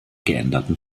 geänderten